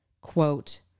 quote